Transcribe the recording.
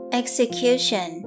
execution